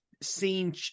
seen